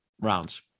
rounds